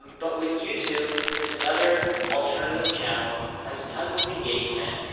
but with youtube, it's another alternative channel, has tons of engagement,